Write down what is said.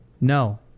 No